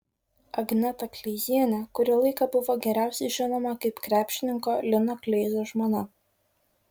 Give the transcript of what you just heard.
agneta kleizienė kurį laiką buvo geriausiai žinoma kaip krepšininko lino kleizos žmona